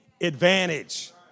advantage